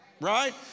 right